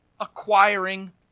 acquiring